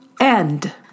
end